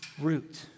root